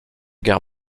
guerre